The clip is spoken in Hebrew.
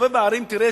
תסתובב בערים ותראה,